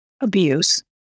abuse